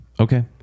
Okay